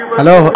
Hello